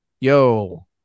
Yo